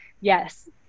yes